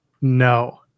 No